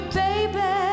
baby